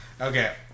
Okay